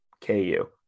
KU